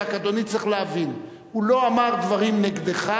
רק אדוני צריך להבין: הוא לא אמר דברים נגדך,